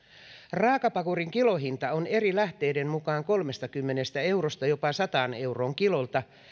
raakapakurin kilohinta on eri lähteiden mukaan kolmestakymmenestä eurosta jopa sataan euroon kilolta